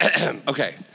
Okay